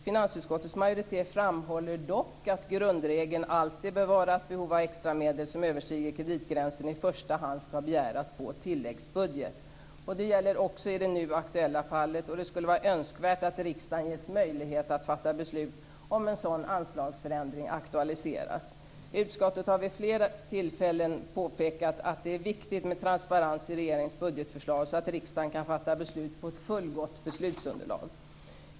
Finansutskottets majoritet framhåller dock att grundregeln alltid bör vara att behov av extra medel som överstiger kreditgränsen i första hand skall begäras på tilläggsbudget. Det gäller också i det nu aktuella fallet, och det skulle vara önskvärt att riksdagen ges möjlighet att fatta beslut om en sådan anslagsförändring aktualiseras. Utskottet har vid flera tillfällen påpekat att det är viktigt med transparens i regeringens budgetförslag så att riksdagen kan fatta beslut på ett fullgott beslutsunderlag.